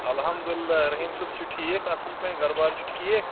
اَلحمداللہ رحیٖم صٲب چھُ ٹھیٖک اَصٕل پٲٹھۍ گَرٕبار چھُ ٹھیٖک